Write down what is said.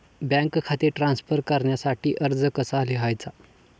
Bank खाते transfer करण्यासाठी अर्ज कसा लिहायचा?